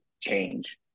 change